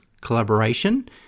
collaboration